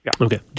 Okay